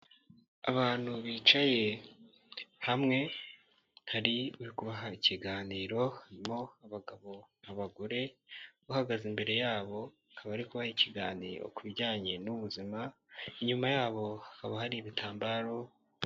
Abantu bicaye hamwe hari kubaha ikiganiro harimo abagabo n'abagore bahagaze imbere yabo bakaba bari kuba ikiganiro ku bijyanye n'ubuzima, inyuma yabo hakaba hari ibitambaro.